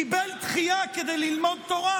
קיבל דחייה כדי ללמוד תורה,